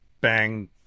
Bang